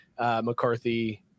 McCarthy-